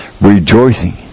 rejoicing